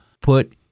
put